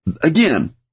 Again